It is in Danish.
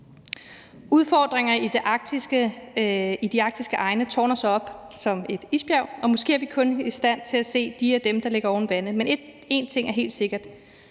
Udfordringer i de arktiske egne tårner sig op som et isbjerg, og måske er vi kun i stand til at se de og dem, der ligger oven vande. Men en ting er helt sikkert: